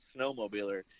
snowmobiler